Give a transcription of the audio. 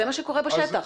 זה מה שקורה בשטח.